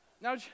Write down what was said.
Now